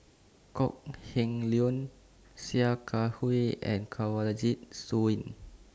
Kok Heng Leun Sia Kah Hui and Kanwaljit Soin